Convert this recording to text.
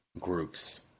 groups